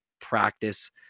practice